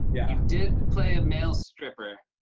yeah. you did play a male stripper.